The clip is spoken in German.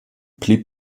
blieb